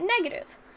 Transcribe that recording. negative